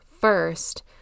first